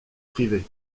privé